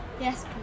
Yes